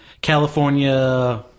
California